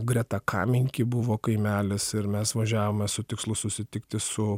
greta kamenki buvo kaimelis ir mes važiavome su tikslu susitikti su